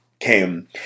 came